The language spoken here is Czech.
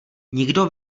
nikdo